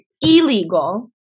illegal